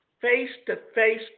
face-to-face